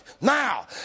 Now